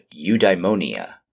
eudaimonia